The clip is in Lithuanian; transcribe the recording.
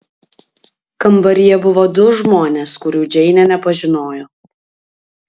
kambaryje buvo du žmonės kurių džeinė nepažinojo